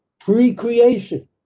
pre-creation